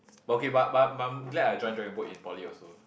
but okay but but but I'm glad I join dragon boat in poly also